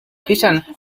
kitten